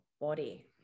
body